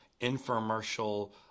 infomercial